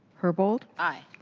herbold. aye.